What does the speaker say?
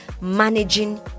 managing